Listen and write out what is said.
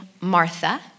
Martha